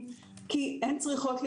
כי הן צריכות לשלם עבור הילדים,